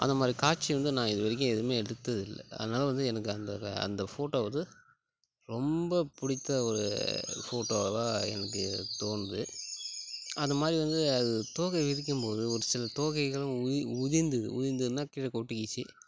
அந்தமாதிரி காட்சி வந்து நான் இது வரைக்கும் எதுவுமே எடுத்ததுதில்லை அதனால வந்து எனக்கு அந்த வ அந்த ஃபோட்டோ ஒரு ரொம்ப பிடித்த ஒரு ஃபோட்டோவாக எனக்குத் தோணுது அது மாதிரி வந்து அது தோகையை விரிக்கும்போது ஒரு சில தோகைகள் உதி உதிர்ந்திது உதிர்ந்துதுன்னா கீழே கொட்டிக்கிச்சு